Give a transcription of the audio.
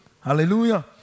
Hallelujah